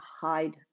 hide